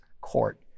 court